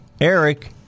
Eric